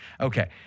Okay